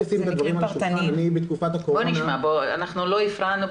אנחנו לא הפרענו.